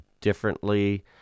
differently